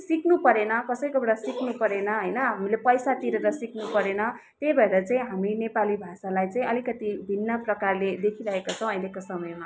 सिक्नु परेन कसैकोबाट सिक्नु परेन होइन हामीले पैसा तिरेर सिक्नु परेन त्यही भएर चाहिँ हामी नेपाली भाषालाई चाहिँ अलिकति भिन्न प्रकारले देखिरहेका छौँ अहिलेको समयमा